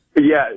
Yes